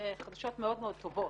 זה חדשות מאוד מאוד טובות.